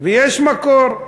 ויש מקור.